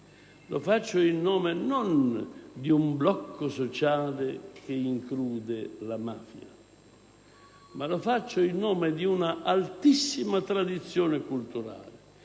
lo faccio in nome non di un blocco sociale che include la mafia, ma in nome di un'altissima tradizione culturale,